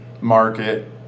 market